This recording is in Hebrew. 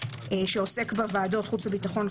שעוסק בוועדות חוץ וביטחון,